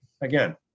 again